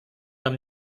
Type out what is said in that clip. tam